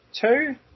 two